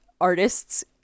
artists